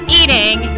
eating